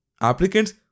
Applicants